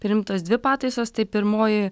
priimtos dvi pataisos tai pirmoji